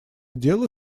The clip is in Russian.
дело